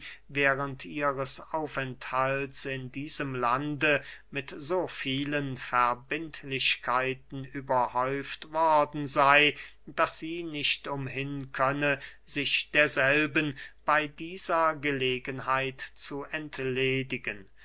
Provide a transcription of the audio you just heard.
während ihres aufenthalts in diesem lande mit so vielen verbindlichkeiten überhäuft worden sey daß sie nicht umhin könne sich derselben bey dieser gelegenheit zu entledigen